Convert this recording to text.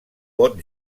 pot